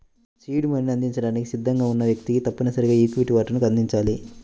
seed మనీని అందించడానికి సిద్ధంగా ఉన్న వ్యక్తికి తప్పనిసరిగా ఈక్విటీ వాటాను అందించాలి